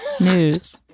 News